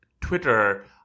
Twitter